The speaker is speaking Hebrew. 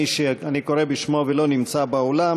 מי שאני קורא בשמו ולא נמצא באולם,